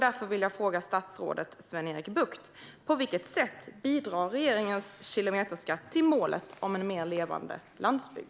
Därför vill jag fråga statsrådet Sven-Erik Bucht: På vilket sätt bidrar regeringens kilometerskatt till målet om en mer levande landsbygd?